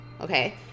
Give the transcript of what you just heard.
Okay